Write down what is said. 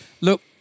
Look